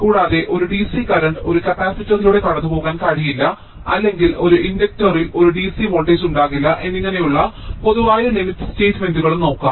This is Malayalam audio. കൂടാതെ ഒരു DC കറന്റ് ഒരു കപ്പാസിറ്ററിലൂടെ കടന്നുപോകാൻ കഴിയില്ല അല്ലെങ്കിൽ ഒരു ഇൻഡക്ടറിൽ ഒരു DC വോൾട്ടേജ് ഉണ്ടാകില്ല എന്നിങ്ങനെയുള്ള പൊതുവായ ലിമിറ്റ് സ്റ്റേറ്റ്മെന്റുകളും നോക്കാം